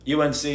UNC